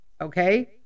okay